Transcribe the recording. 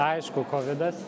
aišku kovidas